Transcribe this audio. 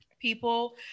People